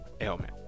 ailment